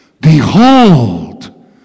Behold